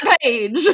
page